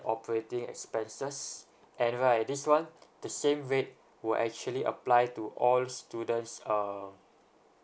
operating expenses and right this one the same rate were actually apply to all students um